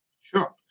Sure